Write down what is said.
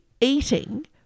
eating